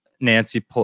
Nancy